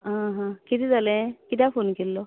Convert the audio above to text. आहा कितें जालें कित्याक फोन केल्लो